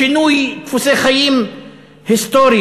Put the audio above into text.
שינוי דפוסי חיים היסטוריים.